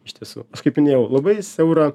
iš tiesų kaip minėjau labai siaurą